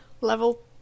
Level